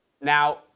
Now